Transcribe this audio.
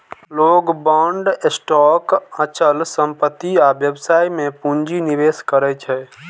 लोग bond, stock, अचल संपत्ति आ व्यवसाय मे पूंजी निवेश करै छै